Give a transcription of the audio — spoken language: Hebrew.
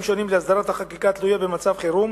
שונים להסדרת החקיקה התלויה במצב חירום